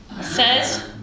says